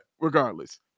regardless